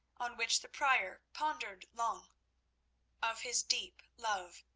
on which the prior pondered long of his deep love,